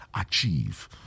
achieve